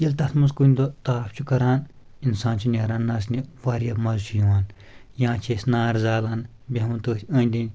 ییٚلہِ تتھ منٛز کُنہِ دۄہ تاپھ چھُ کران انسان چھُ نیران نَژنہِ واریاہ مَزٕ چھُ یِوان یاں چھِ أسۍ نار زالان بیٚہوان تٔتھۍ أنٛدۍ أنٛدۍ